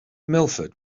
milford